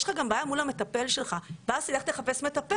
יש לך גם בעיה מול המטפל שלך, ואז תלך תחפש מטפל.